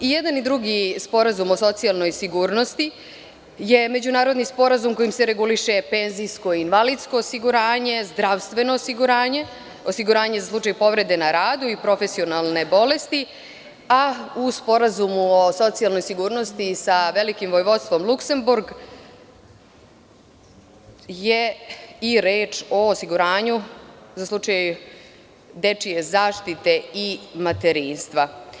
I jedan i drugi sporazum o socijalnoj sigurnosti je međunarodni sporazum kojim se reguliše penzijsko i invalidsko osiguranje, zdravstveno osiguranje, osiguranje za slučaj povrede na radu i profesionalne bolesti, a u Sporazumu o socijalnoj sigurnosti sa Velikim Vojvodstvom Luksemburg je reč o osiguranju za slučaj dečije zaštite i materinstva.